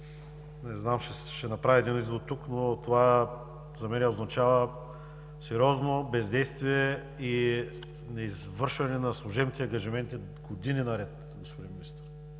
Ще направя един извод тук, но това за мен означава сериозно бездействие и неизвършване на служебните ангажименти години наред, господин Министър.